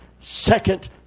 second